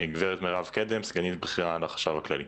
הגב' מירב קדם, סגנית בכירה לחשב הכללי.